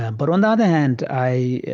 but on the other hand, i